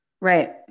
right